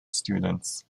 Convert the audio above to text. students